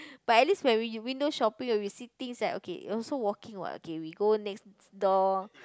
but at least when we in window shopping when we see things that okay also walking what okay we go next door